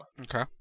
Okay